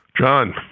John